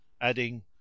adding